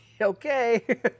okay